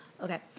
Okay